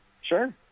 Sure